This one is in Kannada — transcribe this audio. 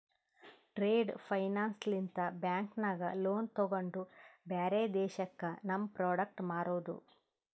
ಟ್ರೇಡ್ ಫೈನಾನ್ಸ್ ಲಿಂತ ಬ್ಯಾಂಕ್ ನಾಗ್ ಲೋನ್ ತೊಗೊಂಡು ಬ್ಯಾರೆ ದೇಶಕ್ಕ ನಮ್ ಪ್ರೋಡಕ್ಟ್ ಮಾರೋದು